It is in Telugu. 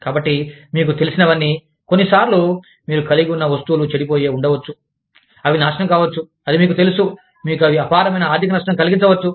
కాబట్టి మీకు తెలిసినవన్నీ కొన్నిసార్లు మీరు కలిగి వున్న వస్తువులు చెడిపోయి ఉండవచ్చు అవి నాశనం కావచ్చు అది మీకు తెలుసు మీకు అవి అపారమైన ఆర్థిక నష్టం కలిగించవచ్చు